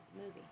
movie